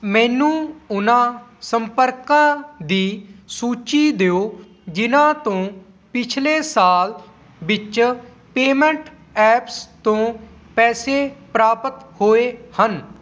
ਮੈਨੂੰ ਉਨ੍ਹਾਂ ਸੰਪ੍ਰਰਕਾਂ ਦੀ ਸੂਚੀ ਦਿਓ ਜਿਹਨਾਂ ਤੋਂ ਪਿੱਛਲੇ ਸਾਲ ਵਿੱਚ ਪੇਮੈਂਟ ਐਪਸ ਤੋਂ ਪੈਸੇ ਪ੍ਰਾਪਤ ਹੋਏ ਹਨ